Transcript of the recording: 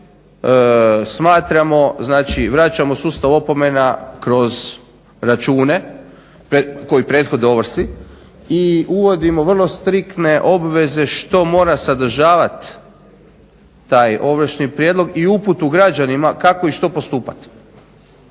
Smatramo vraćamo sustav opomena kroz račune koji prethode ovrsi i uvodimo vrlo striktne obveze što mora sadržavati taj ovršni prijedlog i uputu građanima kako i što postupati.